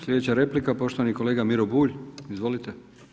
Slijedeća replika poštovani kolega Miro Bulj, izvolite.